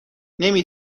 نمی